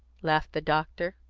laughed the doctor.